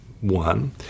one